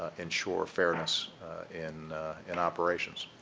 ah ensure fairness in in operations.